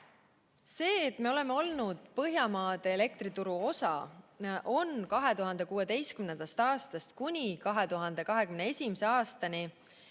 See, et me oleme olnud Põhjamaade elektrituru osa, on 2016. aastast kuni 2021. aastani